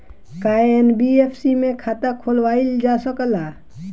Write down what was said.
का एन.बी.एफ.सी में खाता खोलवाईल जा सकेला?